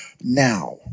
now